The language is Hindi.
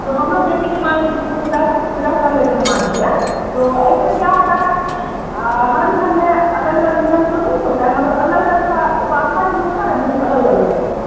तो हम लोग जैसे कि मान लीजिए पूजा से पूजा कर लेते हैं मान लीजिए तो ऐसे में क्या होता है कि हर घर में अलग अलग नियम तो नहीं होते हैं मगर अलग अलग थोड़ा उपासना का जो होती है ना विधि अलग अलग हो जाती है